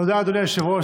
תודה, אדוני היושב-ראש.